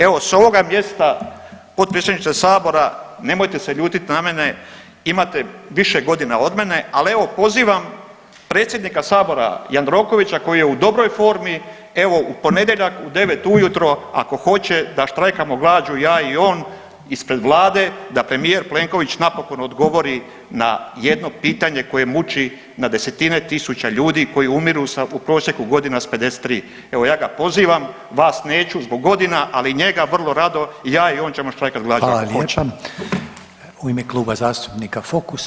Evo s ovoga mjesta potpredsjedniče sabora nemojte se ljutit na mene, imate više godina od mene, ali evo pozivam predsjednika sabora Jandrokovića koji je u dobroj formi evo u ponedjeljak u devet ujutro ako hoće da štrajkamo glađu ja i on ispred vlade da premijer Plenković napokon odgovori na jedno pitanje koje muči na desetine tisuća ljudi koji umiru u prosjeku godina s 53, evo ja ga pozivam, vas neću zbog godina, ali njega vrlo rado ja i on ćemo štrajkat glađu ako hoće.